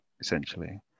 essentially